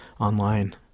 online